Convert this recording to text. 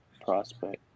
Prospect